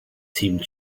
seemed